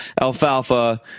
Alfalfa